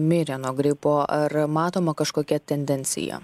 mirė nuo gripo ar matoma kažkokia tendencija